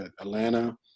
Atlanta